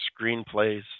screenplays